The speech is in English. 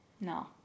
No